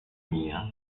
mia